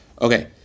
Okay